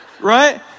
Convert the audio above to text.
right